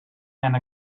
and